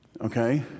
okay